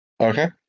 Okay